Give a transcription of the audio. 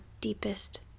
deepest